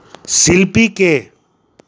শিল্পী কে